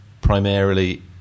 Primarily